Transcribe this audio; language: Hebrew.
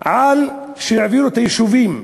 ואומר שהעבירו את היישובים,